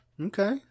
okay